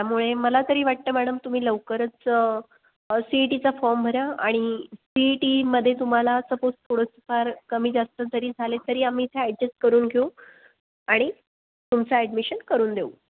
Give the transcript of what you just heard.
त्यामुळे मला तरी वाटतं मॅडम तुम्ही लवकरच सी ई टीचा फॉर्म भरा आणि सी ई टीमध्ये तुम्हाला सपोझ थोडंफार कमी जास्त जरी झाले तरी आम्ही इथे ॲड्जस्ट करून घेऊ आणि तुमचं ॲडमिशन करून देऊ